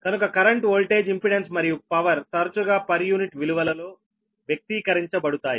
కనుక current voltage impedance మరియు power తరచుగా పర్ యూనిట్ విలువలలో వ్యక్తీకరించబడుతాయి